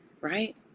right